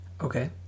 Okay